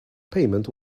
payment